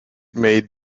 may